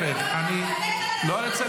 --- אני אסיים.